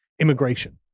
immigration